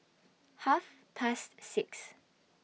Half Past six